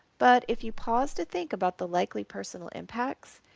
but if you pause to think about the likely personal impacts,